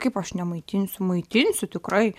kaip aš nemaitinsiu maitinsiu tikrai